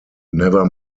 never